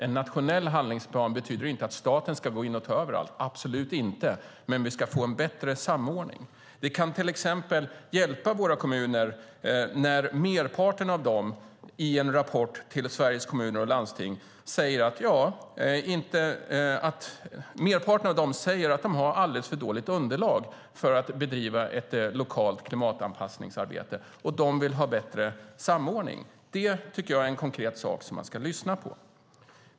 En nationell handlingsplan betyder inte att staten ska gå in och ta över allt, absolut inte, men vi skulle få en bättre samordning. Det skulle till exempel hjälpa våra kommuner med tanke på att merparten av dem i en rapport till Sveriges Kommuner och Landsting säger att de har ett alldeles för dåligt underlag för att bedriva ett lokalt klimatanpassningsarbete. De vill ha bättre samordning. Det tycker jag är en konkret sak som man ska lyssna på.